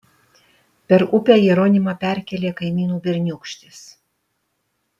per upę jeronimą perkėlė kaimynų berniūkštis